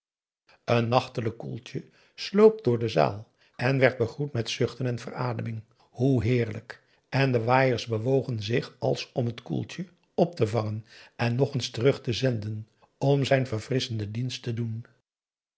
een nachtelijk koeltje sloop door de zaal en werd begroet met zuchten van verademing hoe heerlijk en de waaiers bewogen zich als om t koeltje op te vangen en nog eens terug te zenden om zijn verfrisschenden dienst te doen